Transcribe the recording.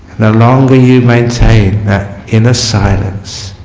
the longer you maintain that inner silence